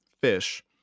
fish